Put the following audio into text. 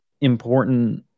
important